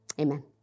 Amen